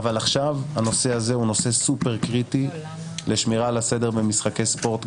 אבל עכשיו הנושא הזה הוא נושא סופר קריטי לשמירה על הסדר במשחקי ספורט,